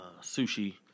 sushi